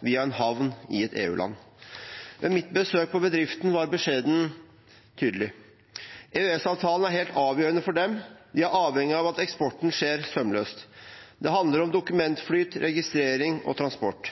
via en havn i et EU-land. Ved mitt besøk hos bedriften var beskjeden tydelig. EØS-avtalen er helt avgjørende for dem, de er avhengige av at eksporten skjer sømløst. Det handler om dokumentflyt, registrering og transport.